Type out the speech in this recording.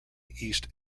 east